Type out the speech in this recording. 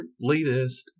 latest